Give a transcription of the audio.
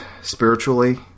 spiritually